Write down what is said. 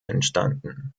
entstanden